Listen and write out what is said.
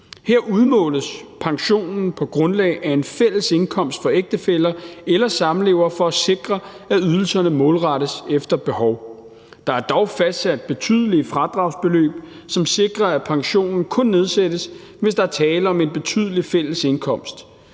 Her udmåles pensionen på grundlag af en fælles indkomst for ægtefæller eller samlevere for at sikre, at ydelserne målrettes efter behov. Der er dog fastsat betydelige fradragsbeløb, som sikrer, at pensionen kun nedsættes, hvis der er tale om en betydelig fælles indkomst.